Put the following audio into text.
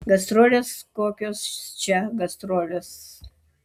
gastrolės kokios čia gastrolės